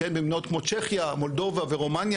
במדינות כמו צ'כיה מולדובה ורומניה,